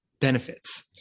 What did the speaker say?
benefits